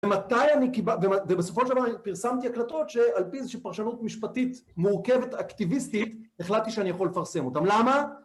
מתי אני קיבלתי, ובסופו של דבר פרסמתי הקלטות שעל פי איזושהי פרשנות משפטית מורכבת, אקטיביסטית, החלטתי שאני יכול לפרסם אותן. למה?